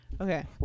okay